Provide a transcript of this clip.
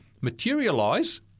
materialize